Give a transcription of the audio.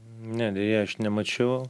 ne deja aš nemačiau